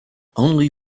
only